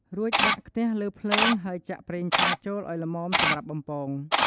រួចដាក់ខ្ទះលើភ្លើង ហើយចាក់ប្រេងឆាចូលឲ្យល្មមសម្រាប់បំពង។